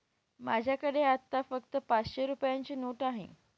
माझ्याकडे आता फक्त पाचशे रुपयांची नोट आहे